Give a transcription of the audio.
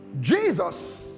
Jesus